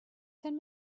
ten